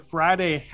Friday